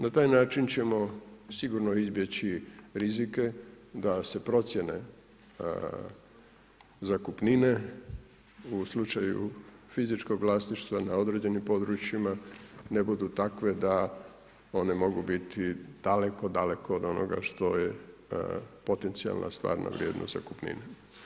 Na taj način ćemo sigurno izbjeći rizike da se procjene zakupnine u slučaju fizičkog vlasništva na određenim područjima ne budu takve da one mogu biti daleko, daleko od onoga što je potencijalna stvarna vrijednost zakupnine.